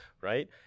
right